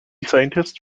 scientists